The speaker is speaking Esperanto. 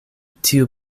tiu